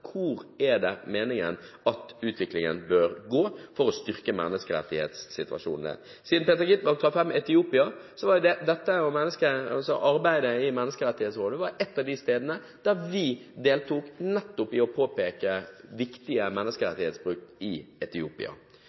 det er meningen at utviklingen bør gå for å styrke menneskerettighetssituasjonen. Siden Peter Skovholt Gitmark tar fram Etiopia: Menneskerettighetsrådet var et av de stedene der vi deltok i arbeidet nettopp ved å påpeke viktige menneskerettighetsbrudd i Etiopia.